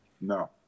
no